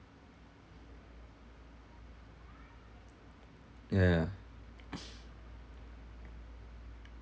ya ya